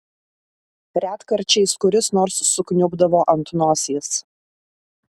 retkarčiais kuris nors sukniubdavo ant nosies